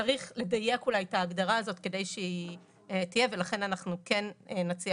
צריך לדייק אולי את ההגדרה הזאת ולכן אנחנו כן נציע